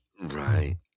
Right